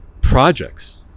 projects